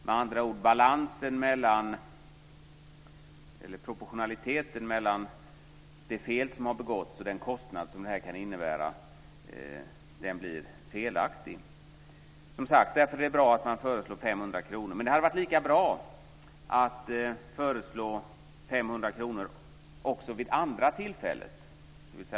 Med andra ord är proportionaliteten mellan det fel som har begåtts och den kostnad det kan innebära felaktig. Därför är det, som sagt, bra att man föreslår 500 kr. Men det hade varit lika bra att föreslå 500 kr också vid andra tillfället.